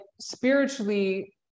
spiritually